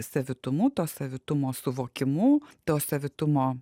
savitumu to savitumo suvokimu to savitumo